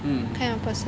mm